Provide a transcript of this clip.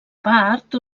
part